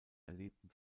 erlebten